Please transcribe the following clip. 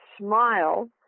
smile